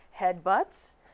headbutts